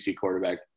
quarterback